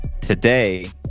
today